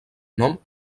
nom